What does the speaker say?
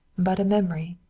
but a memory.